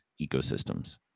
ecosystems